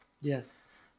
yes